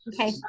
Okay